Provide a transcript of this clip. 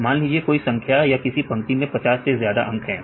मान लीजिए कोई संख्या या किसी पंक्ति में 50 से ज्यादा अंक हैं